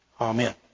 Amen